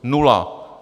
Nula!